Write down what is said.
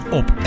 op